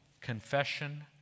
confession